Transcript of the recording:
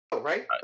right